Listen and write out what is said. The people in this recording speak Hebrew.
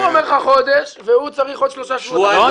הוא אומר לך חודש והוא צריך עוד שלושה שבועות --- לא,